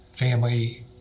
Family